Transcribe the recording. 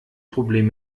problem